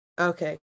okay